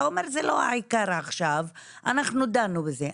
אתה אומר, זה לא העיקר עכשיו, אנחנו דנו בזה.